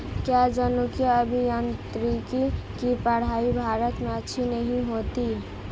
क्या जनुकीय अभियांत्रिकी की पढ़ाई भारत में अच्छी नहीं होती?